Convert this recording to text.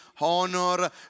honor